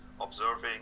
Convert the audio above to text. observing